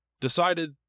decided